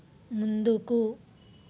ముందుకు